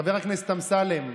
חבר הכנסת אמסלם,